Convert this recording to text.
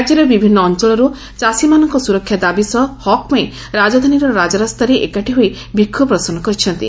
ରାଜ୍ୟର ବିଭିନ୍ନ ଅଞ୍ଅଳରୁ ଚାଷୀମାନଙ୍କ ସୁରକ୍ଷା ଦାବି ସହ ହକ୍ ପାଇଁ ରାଜଧାନୀର ରାଜରାସ୍ତାରେ ଏକାଠି ହୋଇ ବିକ୍ଷୋଭ ପ୍ରଦର୍ଶନ କରିଛନ୍ତି